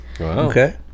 Okay